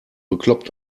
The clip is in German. bekloppt